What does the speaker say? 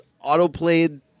auto-played